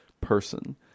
person